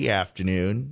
afternoon